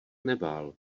nebál